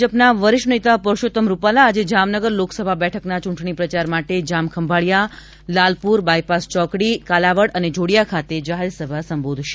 ભાજપના વરિષ્ઠ નેતા પરષોત્તમ રૂપાલા આજે જામનગર લોકસભા બેઠકના ચૂંટણી પ્રચાર માટે જામખંભાળિયા લાલપુર બાયપાસ ચોકડી કાલાવાડ અને જોડિયા ખાતે જાહેરસભા સંબોધશે